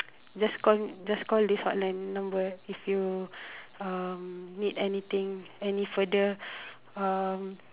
just call just call this hotline number if you um need anything any further um